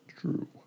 true